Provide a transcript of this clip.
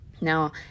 Now